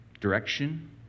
direction